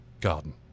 garden